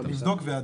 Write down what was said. אני אבדוק ואעדכן.